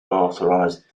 authorised